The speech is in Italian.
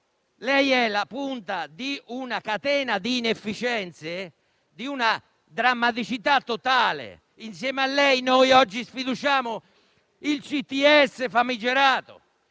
Lei è la punta di una catena di inefficienze di una drammaticità totale. Insieme a lei, noi oggi sfiduciamo il famigerato